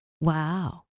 wow